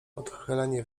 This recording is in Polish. odchylenie